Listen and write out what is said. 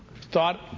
thought